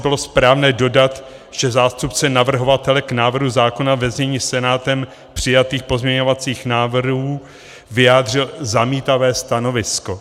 Pro úplnost by asi bylo správné dodat, že zástupce navrhovatele k návrhu zákona ve znění Senátem přijatých pozměňovacích návrhů vyjádřil zamítavé stanovisko.